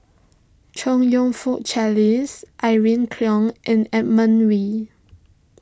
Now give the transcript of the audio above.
Chong You Fook Charles Irene Khong and Edmund Wee